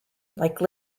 like